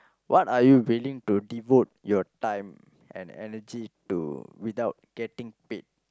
what are you willing to devote your time and energy to without getting paid